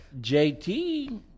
JT